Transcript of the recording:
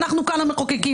אנחנו כאן המחוקקים.